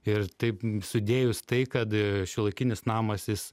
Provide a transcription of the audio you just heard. ir taip sudėjus tai kad šiuolaikinis namas jis